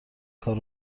کار